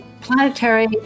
planetary